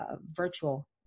virtual